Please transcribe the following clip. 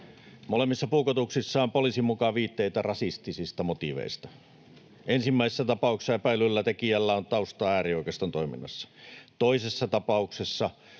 Molemmissa puukotuksissa on poliisin mukaan viitteitä rasistisista motiiveista. Ensimmäisessä tapauksessa epäillyllä tekijällä on taustaa äärioikeiston toiminnassa. Toisessa tapauksessa